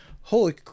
holy